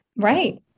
Right